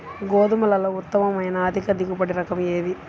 గోధుమలలో ఉత్తమమైన అధిక దిగుబడి రకం ఏది?